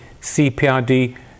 CPRD